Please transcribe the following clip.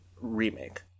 remake